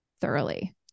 thoroughly